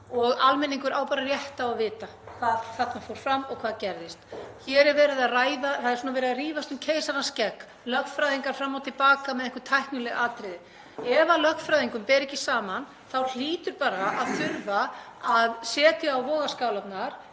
og almenningur á rétt á því að vita hvað þarna fór fram og hvað gerðist. Hér er verið að rífast um keisarans skegg, lögfræðingar fram og til baka með einhver tæknileg atriði. Ef lögfræðingum ber ekki saman hlýtur að þurfa að setja á vogarskálarnar